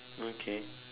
okay